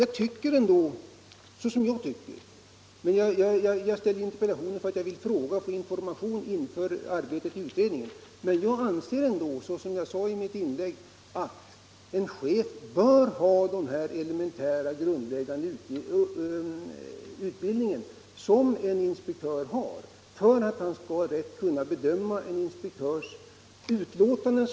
Jag har framställt min interpellation därför att jag vill få information inför arbetet i utredningen. Jag anser, såsom jag sade i mitt tidigare inlägg, att en chef bör ha den grundläggande utbildning som en inspektör har, för att rätt kunna bedöma inspektörernas utlåtanden.